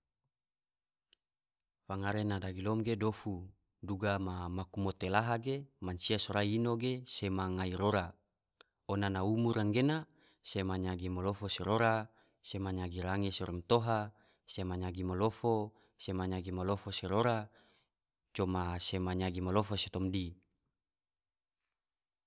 Fangare na dagilom ge dofu, duga ma maku mote laha ge mansia sorai ino ge sema ngai rora, ona na umur gena sema yagi ma lofo se rora, sema yagi range se matoha, sema nyagi malofo, sema malofo se rora, coma sema nyagi malofo se tumdi.